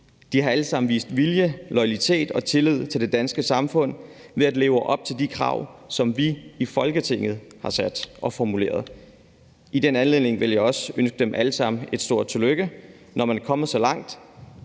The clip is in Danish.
De har alle sammen vist vilje, loyalitet og tillid til det danske samfund ved at leve op til de krav, som vi i Folketinget har stillet og formuleret. I den anledning vil jeg også ønske dem alle sammen et stort tillykke. Når man er kommet så langt,